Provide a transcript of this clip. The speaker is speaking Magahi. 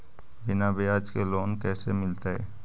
बिना ब्याज के लोन कैसे मिलतै?